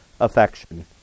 affection